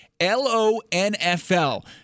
L-O-N-F-L